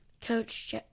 Coach